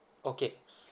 okay